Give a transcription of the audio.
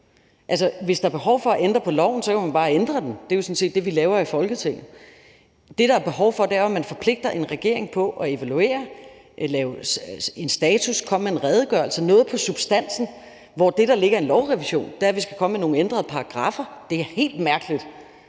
hvis der er behov for at ændre på loven, kan man jo bare ændre den. Det er sådan set det, vi laver i Folketinget. Det, der er behov for, er jo, at man forpligter en regering til at evaluere, lave en status, komme med en redegørelse, noget på substansen, mens det, der ligger i en lovrevision, er, at vi skal komme med nogle ændrede paragraffer. Det er efter min